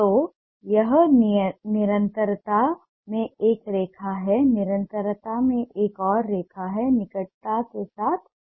तो यह निरंतरता में एक रेखा है निरंतरता में एक और रेखा निकटता के साथ लाइन